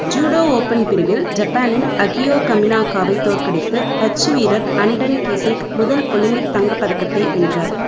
judo open பிரிவில் ஜப்பானின் Akio கமினாகாவை தோற்கடித்த டச்சு வீரர் அன்டன் கீஸிங்க் முதல் ஒலிம்பிக் தங்கப் பதக்கத்தை வென்றார்